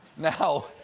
now